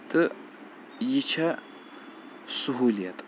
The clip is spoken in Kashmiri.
تہٕ یہِ چھےٚ سہوٗلیت